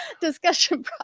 discussion